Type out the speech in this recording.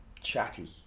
chatty